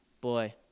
boy